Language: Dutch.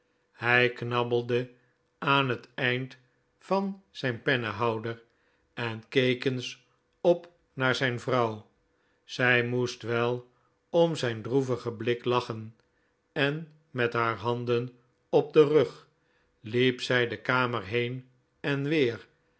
hij knabbelde aan het eind van zijn pennenhouder en keek eens op naar zijn vrouw zij moest wel om zijn droevigen blik lachen en met haar handen op den rug liep zij de kamer heen en weer